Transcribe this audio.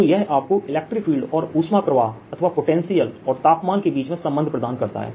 तो यह आपको इलेक्ट्रिक फील्ड और ऊष्मा प्रवाह अथवा पोटेंशियल और तापमान के बीच संबंध प्रदान करता है